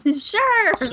Sure